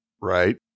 Right